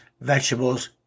vegetables